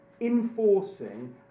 enforcing